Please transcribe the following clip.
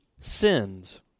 sins